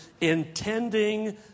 intending